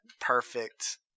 perfect